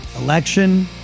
election